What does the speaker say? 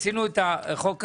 עשינו את החוק הזה,